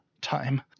time